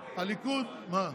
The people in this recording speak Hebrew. הליכוד, דוד,